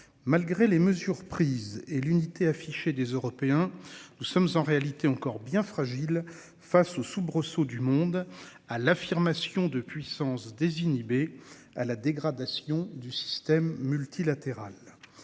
Malgré les mesures prises et l'unité affichée des Européens. Nous sommes en réalité encore bien fragile face aux soubresauts du monde à l'affirmation de puissance désinhibée à la dégradation du système multilatéral.